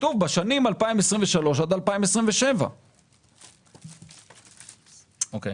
כתוב בשנים 2027-2023. אוקיי.